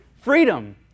Freedom